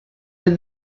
nhw